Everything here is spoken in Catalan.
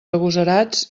agosarats